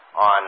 on